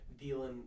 dealing